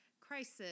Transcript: crisis